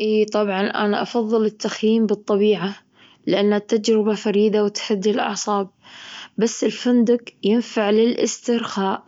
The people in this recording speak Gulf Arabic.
إي طبعًا، أنا أفضل التخييم بالطبيعة لأن التجربة فريدة وتهدي الأعصاب، بس الفندج ينفع للإسترخاء